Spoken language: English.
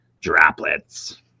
droplets